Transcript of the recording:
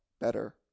better